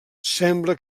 sembla